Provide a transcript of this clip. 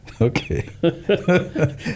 Okay